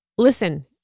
listen